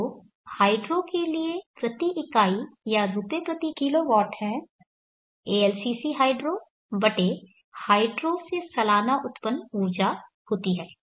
तो हाइड्रो के लिए प्रति इकाई या रु प्रति किलोवाट है ALCC हाइड्रो बटे हाइड्रो से सालाना उत्पन्न ऊर्जा होती है